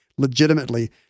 Legitimately